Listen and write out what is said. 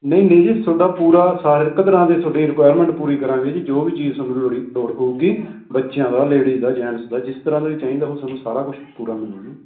ਨਹੀਂ ਨਹੀਂ ਜੀ ਤੁਹਾਡਾ ਪੂਰਾ ਸਾਰ ਹਰ ਇੱਕ ਤਰ੍ਹਾਂ ਦੇ ਤੁਹਾਡੇ ਰਿਕੁਆਇਰਮੈਂਟ ਪੂਰੀ ਕਰਾਂਗੇ ਜੀ ਜੋ ਵੀ ਚੀਜ਼ ਤੁਹਾਨੂੰ ਲੋੜ ਹੋਊਗੀ ਬੱਚਿਆਂ ਦਾ ਲੇਡੀਜ ਦਾ ਜੈਟਸ ਦਾ ਜਿਸ ਤਰ੍ਹਾਂ ਦਾ ਵੀ ਚਾਹੀਦਾ ਉਹ ਸਾਨੂੰ ਸਾਰਾ ਕੁਝ ਪੂਰਾ ਮਿਲੂ ਜੀ